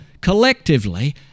collectively